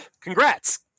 congrats